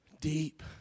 deep